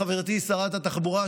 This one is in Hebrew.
חברתי שרת התחבורה,